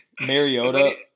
Mariota